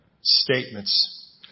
statements